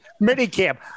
minicamp